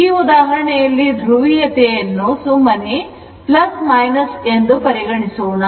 ಈ ಉದಾಹರಣೆಯಲ್ಲಿ ಧ್ರುವೀಯತೆಯನ್ನು ಸುಮ್ಮನೆ ಎಂದು ಪರಿಗಣಿಸೋಣ